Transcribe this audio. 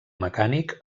mecànic